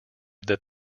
that